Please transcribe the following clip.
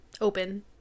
open